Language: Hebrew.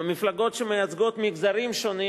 במפלגות שמייצגות מגזרים שונים,